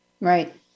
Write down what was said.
Right